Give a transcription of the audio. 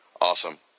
awesome